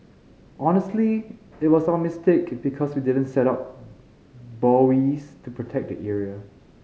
honestly it was our mistake because we didn't set up buoys to protect the area